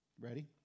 Ready